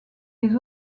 les